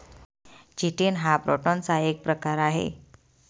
chitin हा प्रोटीनचा एक प्रकार आहे